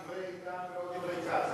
אני מניח שזה היה דברי איתן ולא דברי כץ,